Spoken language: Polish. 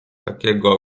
takiego